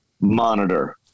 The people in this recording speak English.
monitor